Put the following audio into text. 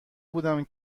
بودم